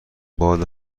باد